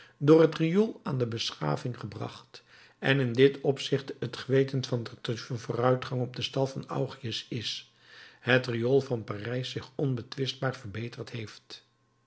door het riool aan de beschaving gebracht en in dit opzicht het geweten van tartuffe een vooruitgang op den stal van augias is het riool van parijs zich onbetwistbaar verbeterd heeft